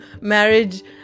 marriage